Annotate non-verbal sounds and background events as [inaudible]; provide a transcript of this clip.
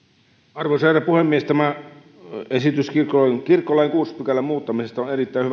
arvoisa herra puhemies tämä esitys kirkkolain kuuden luvun muuttamisesta on on erittäin [unintelligible]